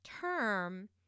term